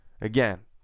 Again